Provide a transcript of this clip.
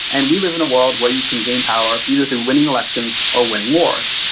and we live in a world where you can gain power either through winning elections or winning wars.